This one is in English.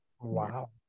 Wow